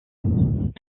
début